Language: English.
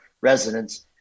residents